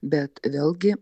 bet vėlgi